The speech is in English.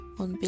on